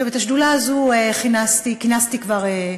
את השדולה הזו כינסתי כבר כמה פעמים,